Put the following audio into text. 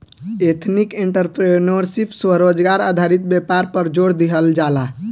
ethnic entrepreneurship में स्वरोजगार आधारित व्यापार पर जोड़ दीहल जाला